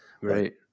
Right